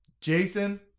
Jason